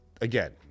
again